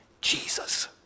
Jesus